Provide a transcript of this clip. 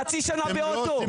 חצי שנה באוטו,